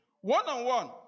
one-on-one